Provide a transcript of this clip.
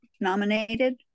nominated